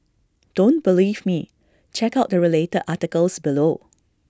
don't believe me check out the related articles below